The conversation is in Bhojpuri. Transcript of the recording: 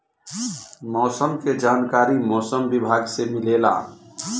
मौसम के जानकारी मौसम विभाग से मिलेला?